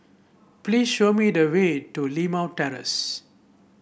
please show me the way to Limau Terrace